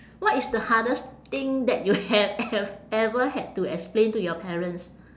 what is the hardest thing that you have have ever had to explain to your parents